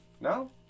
No